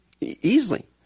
Easily